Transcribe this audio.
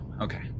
Okay